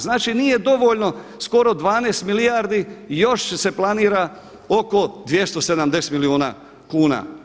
Znači nije dovoljno skoro 12 milijardi i još se planira oko 270 milijuna kuna.